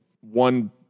one